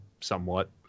somewhat